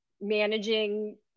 managing